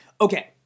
Okay